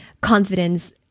confidence